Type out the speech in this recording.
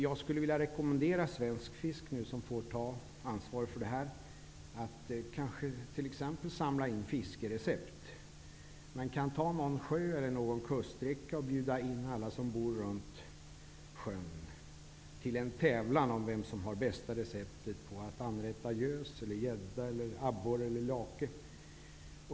Jag skulle vilja rekommendera Svensk Fisk, som nu får ta ansvaret för detta, att t.ex samla in fiskrecept. Man kan ta en sjö eller en kuststräcka och bjuda in alla som bor där till en tävling om vem som har bästa receptet för att anrätta gös, gädda, abborre eller lake.